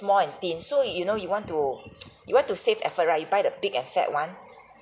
small and thin so you know you want to you want to save effort right you buy the big and fat one